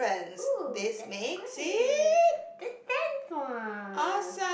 !oo! that's great the tenth one